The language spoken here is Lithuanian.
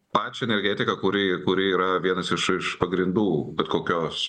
pačią energetiką kuri kurie yra vienas iš iš pagrindų bet kokios